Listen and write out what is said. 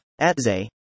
Atze